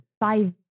five